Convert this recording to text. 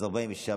אז 46 בעד,